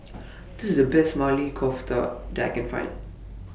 This IS The Best Maili Kofta that I Can Find